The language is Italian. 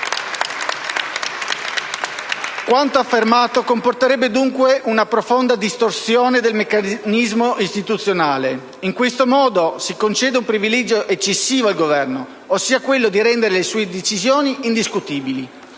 Quanto affermato comporterebbe dunque una profonda distorsione del meccanismo istituzionale. In questo modo, si concede un privilegio eccessivo al Governo, ossia quello di rendere le sue decisioni indiscutibili.